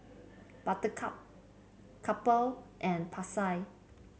Buttercup Kappa and Pasar